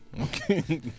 Okay